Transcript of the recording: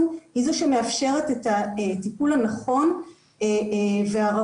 היא זו שמאפשרת את הטיפול הנכון והראוי,